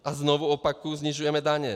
A znovu opakuji, snižujeme daně.